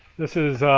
this is